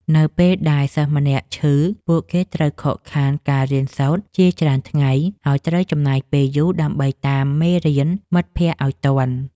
នៅពេលដែលសិស្សម្នាក់ឈឺ ពួកគេត្រូវខកខានការរៀនសូត្រជាច្រើនថ្ងៃ ហើយ ត្រូវចំណាយពេលយូរដើម្បីតាមមេរៀនមិត្តភក្តិឱ្យទាន់។